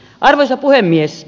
arvoisa puhemies